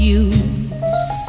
use